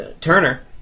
Turner